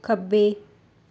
ਖੱਬੇ